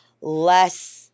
less